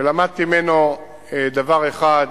ולמדתי ממנו דבר אחד: